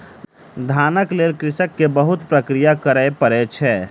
धानक लेल कृषक के बहुत प्रक्रिया करय पड़ै छै